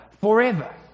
forever